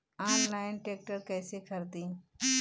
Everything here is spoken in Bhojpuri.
आनलाइन ट्रैक्टर कैसे खरदी?